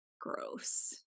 gross